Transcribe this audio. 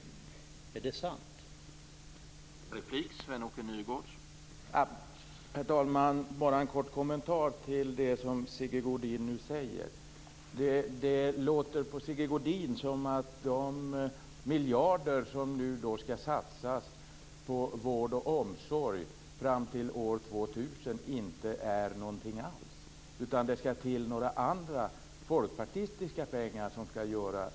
Är det sant?